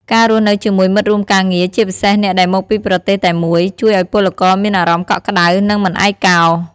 ការរស់នៅជាមួយមិត្តរួមការងារ ជាពិសេសអ្នកដែលមកពីប្រទេសតែមួយ ជួយឱ្យពលករមានអារម្មណ៍កក់ក្ដៅ និងមិនឯកោ ។